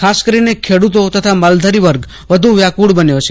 ખાસ કરીને ખેડૂતો તથા માલધારીવર્ગ વધુ વ્યાકુળવ બન્યો છે